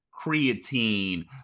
creatine